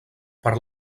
per